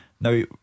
Now